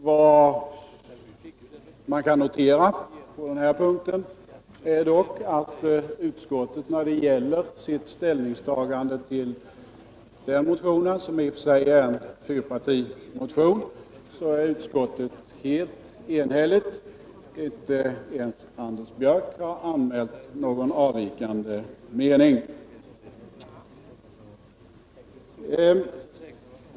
Vad man kan notera på den här punkten är dock att utskottet i sitt ställningstagande till den motionen, som i och för sig är en fyrpartimotion, är helt enhälligt. Inte ens Anders Björck har anmält någon avvikande mening.